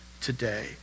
today